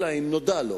אלא אם נודע לו,